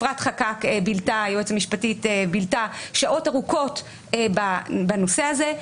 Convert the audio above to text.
אפרת חקאק היועצת המשפטית בילתה שעות ארוכות בנושא הזה.